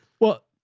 well,